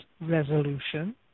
resolution